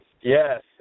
Yes